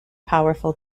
powerful